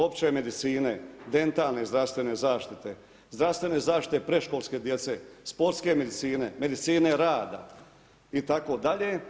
Opće medicine, dentalne zdravstvene zaštite, zdravstvene zaštite predškolske djece, sportske medicine, medicine rada itd.